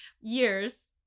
years